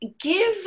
give